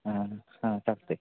हां हां चालत आहे